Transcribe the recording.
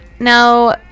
Now